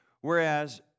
Whereas